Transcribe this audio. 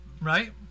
right